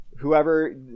Whoever –